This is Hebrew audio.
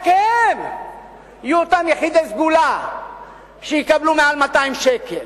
רק הם יהיו אותם יחידי סגולה שיקבלו מעל 200 שקל.